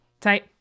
Tight